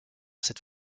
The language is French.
cette